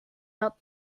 not